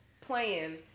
playing